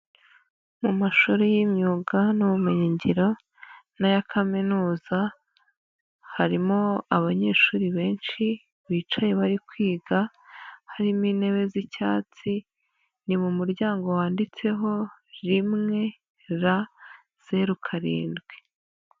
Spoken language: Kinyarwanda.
Mu mashuri y'imyuga n'ubumenyi ngiro n'aya kaminuza harimo abanyeshuri benshi bicaye bari kwiga harimo intebe z'icyatsi, ni mu muryango wanditseho rimwe, R, zeru, karindwi.